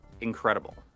incredible